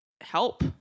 help